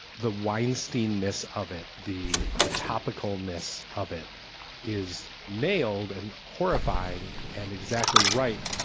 the weinstein ness of it. the the topical ness of it is nailed and horrifying and exactly right,